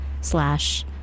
slash